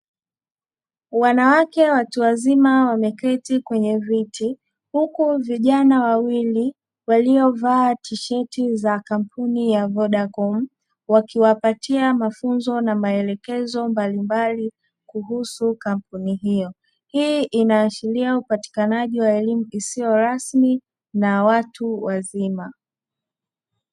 Wanawake watu wazima wameketi kwenye viti huku vijana wawili waliovaa tisheti za kampuni ya "Vodacom" wakiwapatia mafunzo na maelekezo mbalimbali kuhusu kampuni hiyo. Hii inaashiria upatikanaji wa elimu isiyo rasmi na watu wazima.